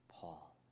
Paul